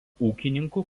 ūkininkų